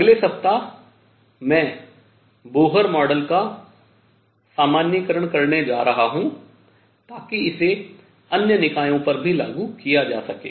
अगले सप्ताह मैं बोहर मॉडल का सामान्यीकरण करने जा रहा हूँ ताकि इसे अन्य निकायों पर भी लागू किया जा सके